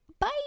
Bye